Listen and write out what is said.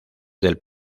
del